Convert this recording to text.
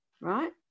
right